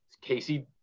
Casey